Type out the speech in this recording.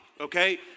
okay